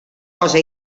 cosa